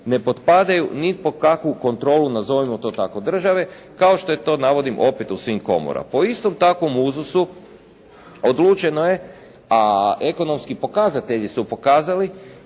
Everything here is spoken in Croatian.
nepotpadaju ni pod kakvu kontrolu nazovimo to tako države, kao što to navodim opet u svim komorama. Po istom takvom uzusu odlučeno je a ekonomski pokazatelji su pokazali